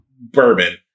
bourbon